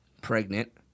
Pregnant